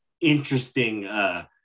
interesting